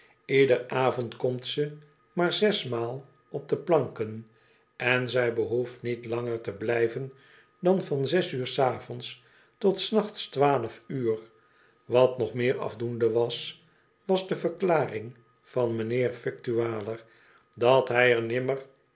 ieder avond komt ze maar zesmaal op de planken en zij behoeft niet langer te blijven dan van zes uur s avonds tot s nachts twaalf uur wat nog meer afdoende was was de verklaring van mijnheer yictualler dat hij er nimmer